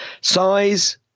Size